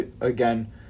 again